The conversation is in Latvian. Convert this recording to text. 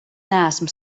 neesmu